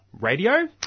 Radio